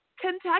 kentucky